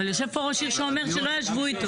אבל יושב פה ראש עיר שאומר שלא ישבו איתו.